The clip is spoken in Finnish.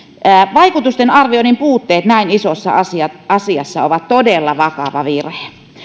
vaikutusten arvioiden puutteet näin isossa asiassa ovat todella vakava virhe